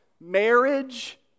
marriage